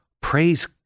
Praise